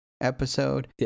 episode